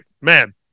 Man